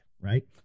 Right